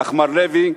אך מר לוי,